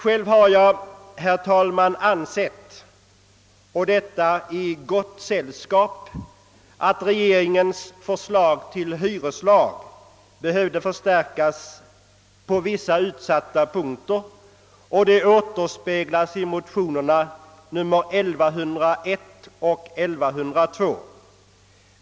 Själv har jag, herr talman, ansett — och är därvidlag i gott sällskap — att regeringens förslag till hyreslag behövde förstärkas på vissa utsatta punkter, vilket återspeglas i motionerna II: 1101 och IT: 1102.